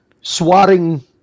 swatting